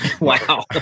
Wow